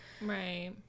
Right